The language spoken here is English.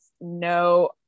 no